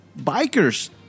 bikers